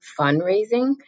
fundraising